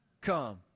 come